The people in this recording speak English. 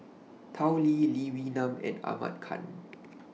Tao Li Lee Wee Nam and Ahmad Khan